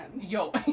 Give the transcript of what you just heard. Yo